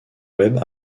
webb